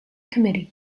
committee